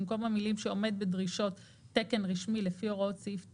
במקום המילים "שעומד בדרישות תקן רשמי לפי הוראות סעיף 9(א)